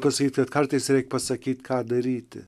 pasakyti kartais reik pasakyti ką daryti